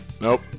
Nope